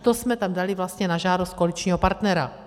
To jsme tam dali vlastně na žádost koaličního partnera.